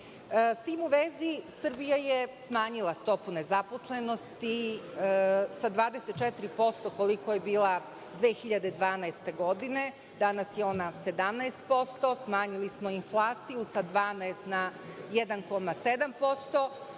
tim u vezi, Srbija je smanjila stopu nezaposlenosti, sa 24% koliko je bila 2012. godine, danas je 17%. Smanjili smo inflaciju sa 12% na 1,7%,